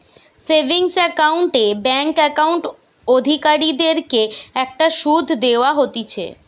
savings account এ bank account অধিকারীদের কে একটা শুধ দেওয়া হতিছে